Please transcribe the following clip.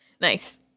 Nice